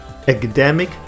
academic